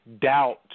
doubt